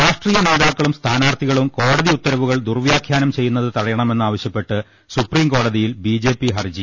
രാഷ്ട്രീയ നേതാക്കളും സ്ഥാനാർത്ഥികളും കോടതി ഉത്ത രവുകൾ ദുർവ്യാഖ്യാനം ചെയ്യുന്നത് തടയണമെന്നാവശ്യപ്പെട്ട് സുപ്രീംകോടതിയിൽ ബി ജെ പി ഹർജി